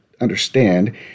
understand